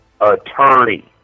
attorney